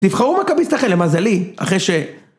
תבחרו מכביסט אחר! למזלי, אחרי ש...